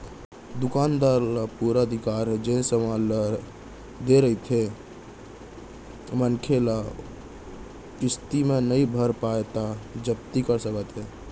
दुकानदार ल पुरा अधिकार हे जेन समान देय रहिथे मनसे ल किस्ती म नइ भर पावय त जब्ती कर सकत हे